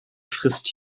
frisst